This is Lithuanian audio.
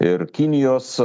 ir kinijos